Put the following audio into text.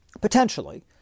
potentially